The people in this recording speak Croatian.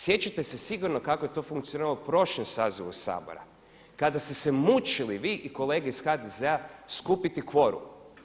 Sjećate se sigurno kako je to funkcionirao u prošlom sazivu Sabora kada ste se mučili vi i kolege iz HDZ-a skupiti kvorum.